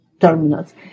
terminals